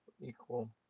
equal